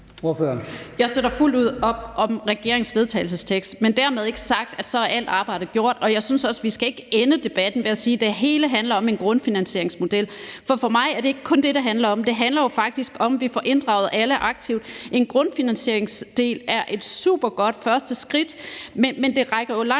Jeg støtter fuldt ud op om regeringens vedtagelsestekst, men dermed ikke sagt, at så er alt arbejde gjort. Og jeg synes heller ikke, at vi skal ende debatten ved at sige, at det hele handler om en grundfinansieringsmodel, for for mig er det ikke kun det, det handler om. Det handler jo faktisk om, at vi får inddraget alle aktivt. En grundfinansieringsdel er et supergodt første skridt, men det rækker jo langt